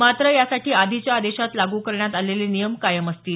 मात्र यासाठी आधीच्या आदेशात लागू करण्यात आलेले नियम कायम असतील